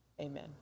amen